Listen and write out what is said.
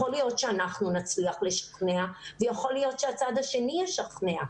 יכול להיות שאנחנו נצליח לשכנע ויכול להיות שהצד השני ישכנע.